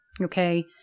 Okay